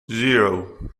zero